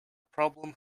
problem